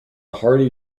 hearty